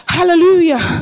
Hallelujah